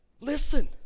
Listen